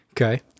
Okay